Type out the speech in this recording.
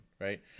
right